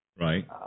Right